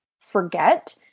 forget